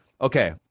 Okay